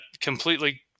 completely